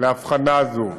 להבחנה זו.